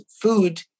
food